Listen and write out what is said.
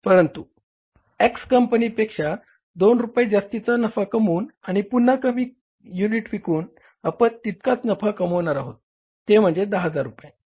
परंतु X कंपनीपेक्षा 2 रुपये जास्तीचा नफा कमवून आणि पुन्हा कमी युनिट विकून आपण तितकाच नफा कमवणार आहोत ते म्हणजे 10000 रुपये